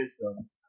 wisdom